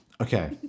Okay